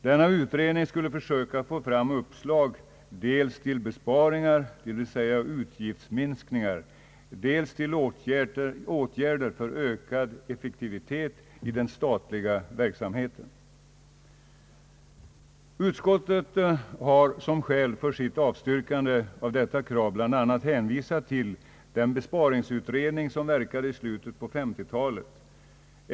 Denna utredning skulle söka få fram uppslag dels till besparingar — dvs. utgiftsminskningar — dels till åtgärder för ökad effektivitet i den statliga verksamheten. Utskottet har som skäl för sitt avstyrkande av detta krav bl.a. hänvisat till den besparingsutredning som verkade i slutet av 1950-talet.